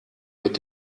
mit